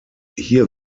hier